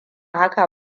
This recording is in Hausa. haka